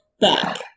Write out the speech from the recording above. back